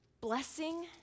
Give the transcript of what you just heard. blessing